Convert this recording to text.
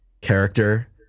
character